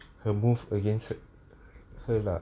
her move against her her lah